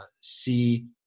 see